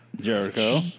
Jericho